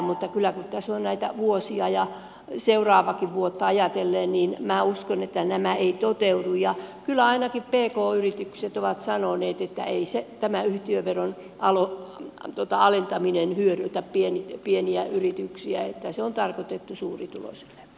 mutta kyllä kun tässä on näitä vuosia ja seuraavaakin vuotta ajatellen minä uskon että nämä eivät toteudu ja kyllä ainakin pk yritykset ovat sanoneet että ei tämä yhtiöveron alentaminen hyödytä pieniä yrityksiä että se on tarkoitettu suurituloisille